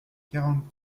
quarante